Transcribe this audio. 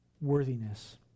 worthiness